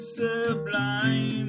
sublime